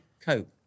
Cope